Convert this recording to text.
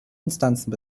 instanzen